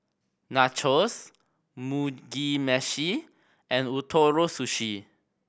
Nachos Mugi Meshi and Ootoro Sushi